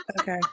Okay